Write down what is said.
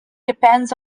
depends